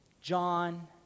John